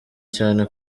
cyane